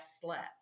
slept